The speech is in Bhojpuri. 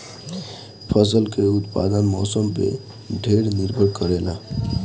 फसल के उत्पादन मौसम पे ढेर निर्भर करेला